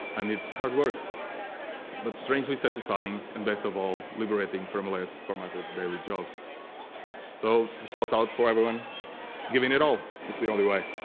and it's hard work but strangely satisfying and best of all liberating firmly formatted daily job so shout out for everyone giving it all it's the only way